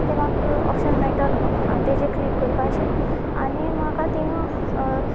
तें म्हाका ऑप्शन मेळटलो आनी ताचेर क्लीक करपाचें आनी म्हाका थंय